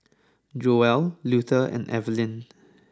Joel Luther and Evalyn